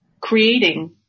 creating